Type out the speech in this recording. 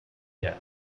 yes